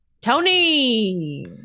Tony